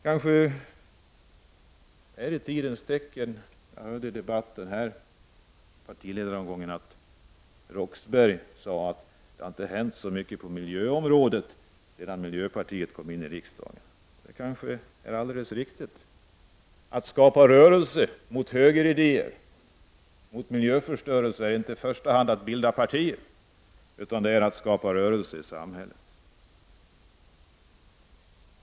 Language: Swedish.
Kanske är det ett tidens tecken att Claes Roxbergh här under partiledaromgången sade att det inte har hänt så mycket på miljöområdet sedan miljöpartiet kom in i riksdagen. Det kanske är alldeles riktigt. Att skapa rörelse mot högeridéer, mot miljöförstörelse är inte i första hand att bilda partier utan att skapa rörelse i samhället.